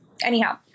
anyhow